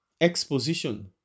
Exposition